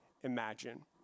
imagine